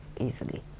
easily